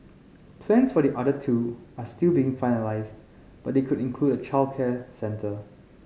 plans for the other two are still being finalised but they could include a childcare centre